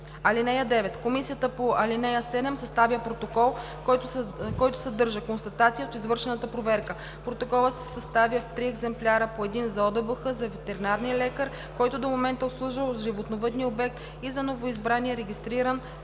БАБХ. (9) Комисията по ал. 7 съставя протокол, който съдържа констатации от извършената проверка. Протоколът се съставя в три екземпляра – по един за ОДБХ, за ветеринарния лекар, който до момента е обслужвал животновъдния обект, и за новоизбрания регистриран